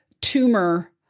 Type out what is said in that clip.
tumor